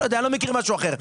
אני לא מכיר משהו אחר,